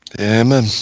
Amen